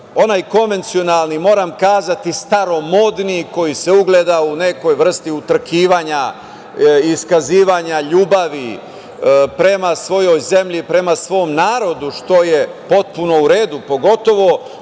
onaj konvencionalni, moram kazati staromodni, koji se ogleda u nekoj vrsti utrkivanja, iskazivanja ljubavi prema svojoj zemlji, prema svom narodu, što je potpuno u redu, pogotovo